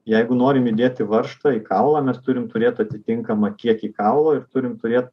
jeigu norim įdėti varžtą į kaulą mes turim turėt atitinkamą kiekį kaulo ir turim turė